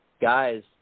guys